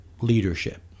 leadership